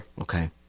Okay